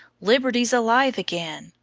liberty's alive again!